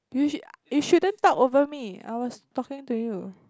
you should you shouldn't talk over me I was talking to you